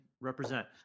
Represent